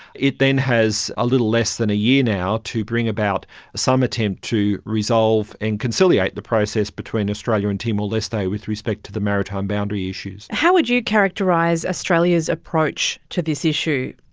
it then has a little less than a year now to bring about some attempt to resolve and conciliate the process between australia and timor-leste with respect to the maritime boundary issues. how would you characterise australia's approach to this issue?